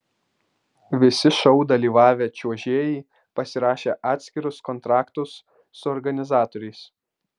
visi šou dalyvavę čiuožėjai pasirašė atskirus kontraktus su organizatoriais